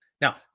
Now